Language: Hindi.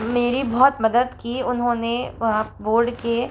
मेरी बहुत मदद की उन्होंने वहाँ बोर्ड के